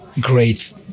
great